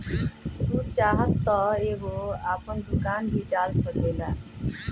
तू चाहत तअ एगो आपन दुकान भी डाल सकेला